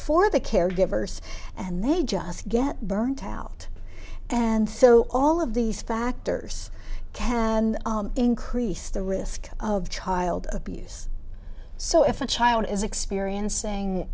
for the caregivers and they just get burnt out and so all of these factors can increase the risk of child abuse so if a child is experiencing